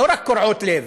לא רק קורעות לב,